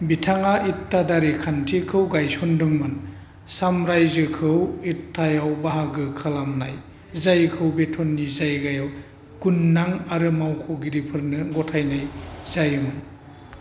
बिथाङा इक्तादारी खान्थिखौ गायसनदोंमोन सामरायजोखौ इक्तायाव बाहागो खालामनाय जायखौ बेथननि जायगायाव गुननां आरो मावख'गिरिफोरनो गथायनाय जायोमोन